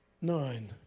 nine